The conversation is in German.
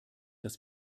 dass